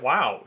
Wow